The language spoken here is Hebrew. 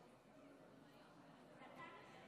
אדוני היושב-ראש,